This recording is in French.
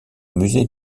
musée